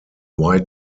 white